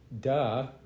duh